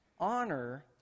Honor